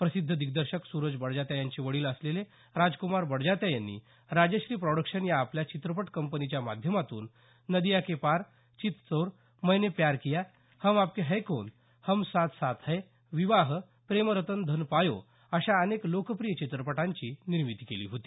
प्रसिद्ध दिग्दर्शक सूरज बडजात्या यांचे वडील असलेले राज्क्मार बडजात्या यांनी राजश्री प्रॉडक्शन या आपल्या चित्रपट कंपनीच्या माध्यमातून नदिया के पार चितचोर मैने प्यार किया हम आपके है कौन हम साथ साथ है विवाह प्रेम रतन धन पायो अशा अनेक लोकप्रिय चित्रपटांची निर्मिती केली होती